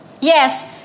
yes